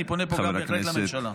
אני פונה פה בהחלט גם לממשלה.